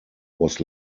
was